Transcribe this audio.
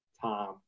time